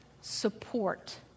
support